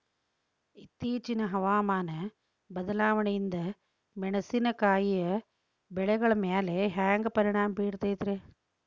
ಇತ್ತೇಚಿನ ಹವಾಮಾನ ಬದಲಾವಣೆಯಿಂದ ಮೆಣಸಿನಕಾಯಿಯ ಬೆಳೆಗಳ ಮ್ಯಾಲೆ ಹ್ಯಾಂಗ ಪರಿಣಾಮ ಬೇರುತ್ತೈತರೇ?